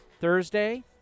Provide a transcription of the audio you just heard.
Thursday